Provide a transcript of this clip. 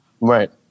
Right